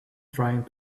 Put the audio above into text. trying